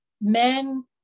men